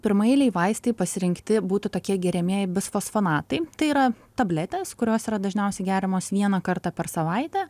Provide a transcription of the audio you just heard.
pirmaeiliai vaistai pasirinkti būtų tokie geriamieji bisfosfonatai tai yra tabletės kurios yra dažniausiai geriamos vieną kartą per savaitę